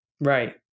Right